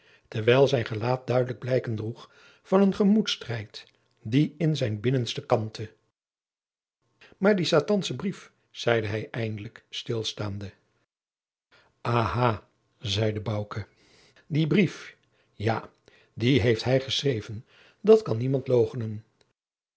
terwijl zijn gelaat duidelijk blijken droeg van een gemoedsstrijd die in zijn binnenste kampte maar die satansche brief zeide hij eindelijk stilstaande aha zeide bouke die brief ja dien heeft hij geschreven dat kan niemand